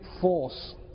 force